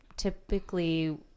typically